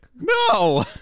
No